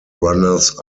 runners